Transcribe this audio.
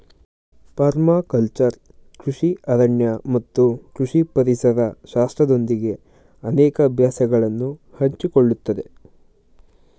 permaculture ಕೃಷಿ ಅರಣ್ಯ ಮತ್ತು ಕೃಷಿ ಪರಿಸರ ಶಾಸ್ತ್ರದೊಂದಿಗೆ ಅನೇಕ ಅಭ್ಯಾಸಗಳನ್ನು ಹಂಚಿಕೊಳ್ಳುತ್ತದೆ